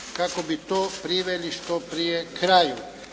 kako bi to priveli što prije kraju.